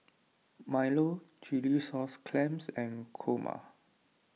Milo Chilli Sauce Clams and Kurma